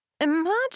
Imagine